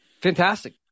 fantastic